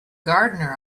gardener